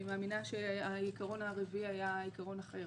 מאמינה שהעיקרון הרביעי היה עיקרון אחר.